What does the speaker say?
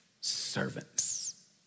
servants